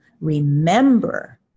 remember